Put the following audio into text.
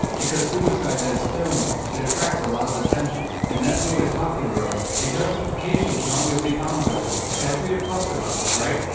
because suicide that is filmed, it attracts a lot of attention. and that's what is popularized. a justification can always be found for this, as we have talked about, but right?